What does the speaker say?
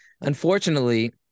Unfortunately